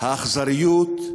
האכזריות?